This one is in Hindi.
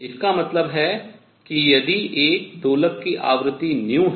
इसका मतलब है कि यदि एक दोलक की आवृत्ति है